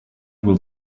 will